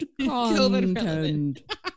content